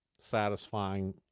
satisfying